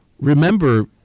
remember